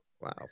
Wow